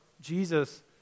Jesus